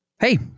Hey